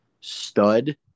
stud